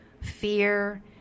fear